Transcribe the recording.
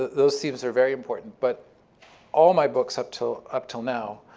those themes are very important. but all my books up till up till now,